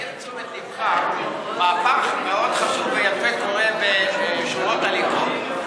אני רוצה להעיר את תשומת לבך: מהפך מאוד חשוב ויפה קורה בשורות הליכוד.